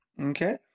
Okay